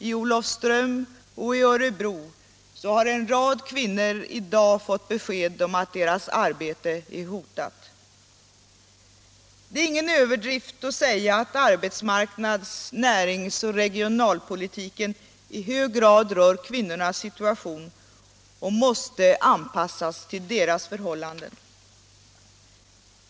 I Olofström och i Örebro har en rad kvinnor i dag fått besked om att deras arbete är hotat. Det är ingen överdrift att säga att arbetsmarknads-, närings och regionalpolitiken i hög grad rör kvinnornas situation och måste anpassas till deras förhållanden.